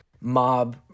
mob